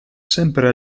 sempre